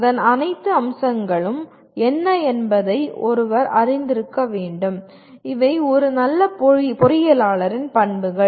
அதன் அனைத்து அம்சங்களும் என்ன என்பதை ஒருவர் அறிந்திருக்க வேண்டும் இவை ஒரு நல்ல பொறியியலாளரின் பண்புகள்